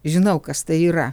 žinau kas tai yra